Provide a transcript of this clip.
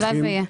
הלוואי ויהיה.